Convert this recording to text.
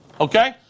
Okay